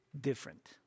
different